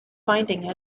finding